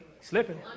Slipping